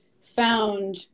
found